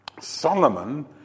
Solomon